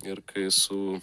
ir kai su